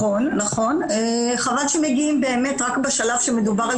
חבל שמגיעים באמת רק בשלב שמדובר על